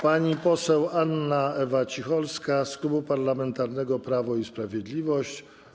Pani poseł Anna Ewa Cicholska z Klubu Parlamentarnego Prawo i Sprawiedliwość.